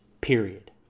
period